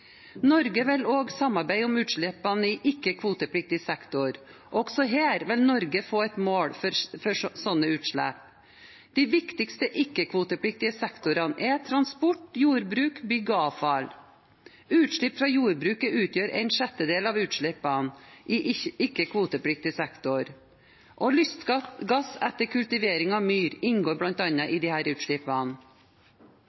sektor. Også her vil Norge få et mål for slike utslipp. De viktigste ikke-kvotepliktige sektorene er transport, jordbruk, bygg og avfall. Utslipp fra jordbruket utgjør en sjettedel av utslippene i ikke-kvotepliktig sektor, og lystgass etter kultivering av myr inngår